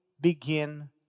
begin